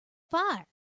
fire